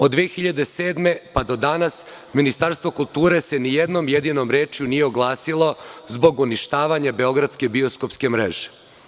Od 2007. godine pa do danas Ministarstvo kulture se ni jednom jedinom rečju nije oglasilo zbog uništavanja beogradske bioskopske mreže.